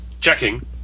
checking